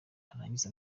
arangize